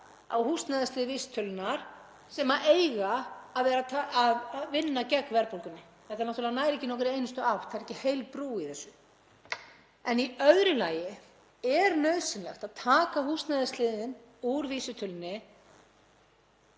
á húsnæðislið vísitölunnar sem eiga að vinna gegn verðbólgunni. Þetta náttúrlega nær ekki nokkurri einustu átt. Það er ekki heil brú í þessu. Í öðru lagi er nauðsynlegt að taka húsnæðisliðinn úr vísitölunni,